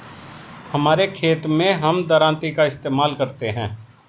हमारे खेत मैं हम दरांती का इस्तेमाल करते हैं